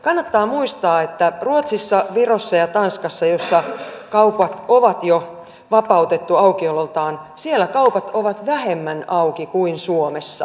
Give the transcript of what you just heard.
kannattaa muistaa että ruotsissa virossa ja tanskassa missä kaupat on jo vapautettu aukiololtaan kaupat ovat vähemmän auki kuin suomessa